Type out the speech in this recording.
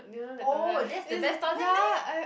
oh that's the best toilet meh